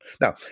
Now